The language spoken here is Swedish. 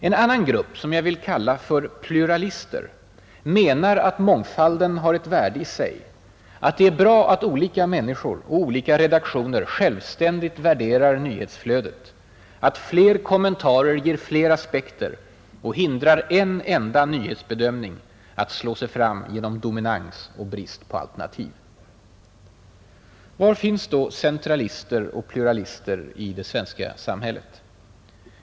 En annan grupp, som jag vill kalla för ”pluralister”, menar att mångfalden har ett värde i sig, att det är bra att olika människor och olika redaktioner självständigt värderar nyhetsflödet, att fler kommentarer ger fler aspekter och hindrar en enda nyhetsbedömning att slå sig fram genom dominans och brist på alternativ. Var finns då centralister och pluralister i det svenska samhället?